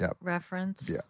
reference